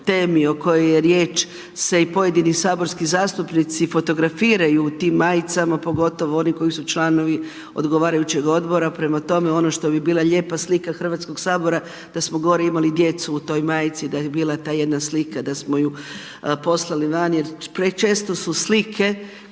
temi o kojoj je riječ se i pojedini saborski zastupnici fotografiraju u tim majicama, pogotovo oni koji su članovi odgovarajućeg odbora, prema tome ono što bi bila lijepa slika Hrvatskog sabora, da smo gore imali djecu u toj majici, da je bila ta jedna slika, da smo poslali van jer prečesto su slike